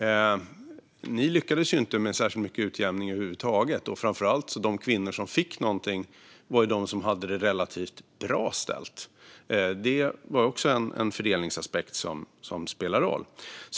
Moderaterna lyckades inte med särskilt mycket utjämning över huvud taget, och de kvinnor som fick något var framför allt de kvinnor som hade det relativt bra ställt. Det är också en fördelningsaspekt som spelar roll.